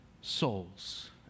souls